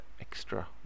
extra